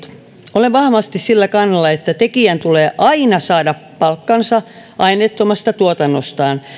olen vahvasti sillä kannalla että tekijän tulee aina saada palkkansa aineettomasta tuotannostaan